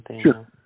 sure